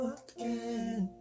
again